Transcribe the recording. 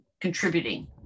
contributing